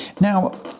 Now